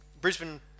Brisbane